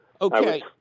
Okay